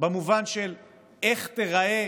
במובן של איך תיראה